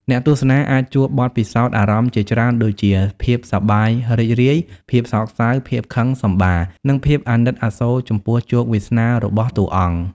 អ្នកទស្សនាអាចជួបបទពិសោធន៍អារម្មណ៍ជាច្រើនដូចជា ភាពសប្បាយរីករាយ ភាពសោកសៅ ភាពខឹងសម្បារ និងភាពអាណិតអាសូរចំពោះជោគវាសនារបស់តួអង្គ។